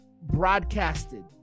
broadcasted